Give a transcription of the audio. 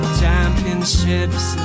championships